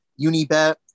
Unibet